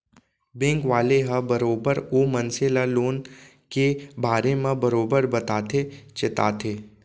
bank वाले ह बरोबर ओ मनसे ल लोन के बारे म बरोबर बताथे चेताथे